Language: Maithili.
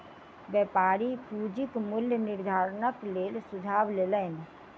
व्यापारी पूंजीक मूल्य निर्धारणक लेल सुझाव लेलैन